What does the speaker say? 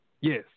Yes